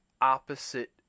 opposite